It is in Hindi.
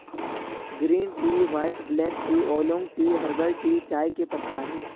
green tea white black tea oolong tea herbal tea चाय के प्रकार है